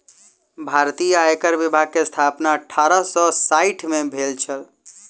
भारतीय आयकर विभाग के स्थापना अठारह सौ साइठ में भेल छल